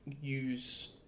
use